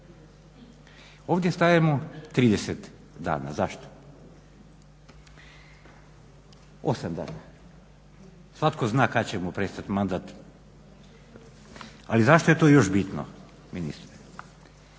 Ovdje stavljamo 30 dana. Zašto? 8 dana. Svatko zna kad će mu prestati mandat. Ali zašto je to još bitno ministre?